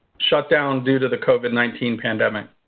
shut down due to the covid nineteen pandemic.